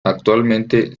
actualmente